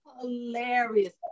hilarious